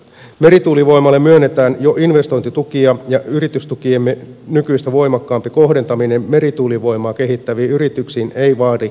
merituulivoimalle myönnetään jo investointitukia ja yritystukiemme nykyistä voimakkaampi kohdentaminen merituulivoimaa kehittäviin yrityksiin ei vaadi lainmuutosta